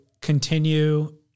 continue